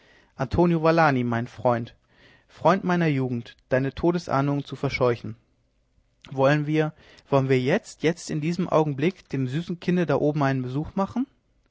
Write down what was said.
antonio valani freund meiner jugend deine todesahnungen zu verscheuchen wollen wir wollen wir jetzt jetzt in diesem augenblick dem süßen kinde da oben einen besuch machen